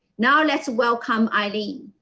now let's welcome eileen.